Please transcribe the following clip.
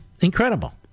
Incredible